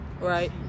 Right